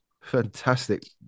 Fantastic